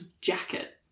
jacket